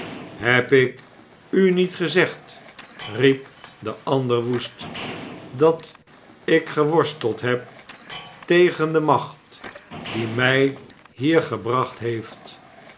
heb ik u niet gezegd riep de ander woest dat ik geworsteld heb tegen de macht die mij hier gebracht heeft